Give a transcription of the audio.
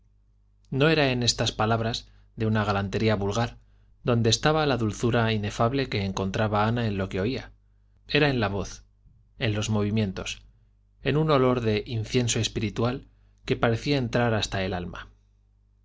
no era en estas palabras de una galantería vulgar donde estaba la dulzura inefable que encontraba ana en lo que oía era en la voz en los movimientos en un olor de incienso